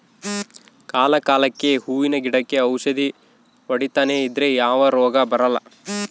ಕಾಲ ಕಾಲಕ್ಕೆಹೂವಿನ ಗಿಡಕ್ಕೆ ಔಷಧಿ ಹೊಡಿತನೆ ಇದ್ರೆ ಯಾವ ರೋಗ ಬರಲ್ಲ